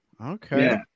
Okay